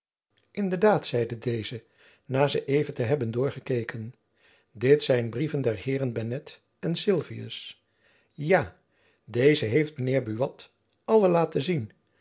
in de daad zeide deze na ze even te hebben doorgekeken dit zijn brieven der heeren bennet en sylvius ja deze heeft my de heer buat alle laten lezen